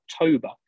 October